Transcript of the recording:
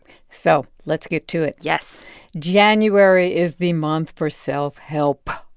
so let's get to it yes january is the month for self-help,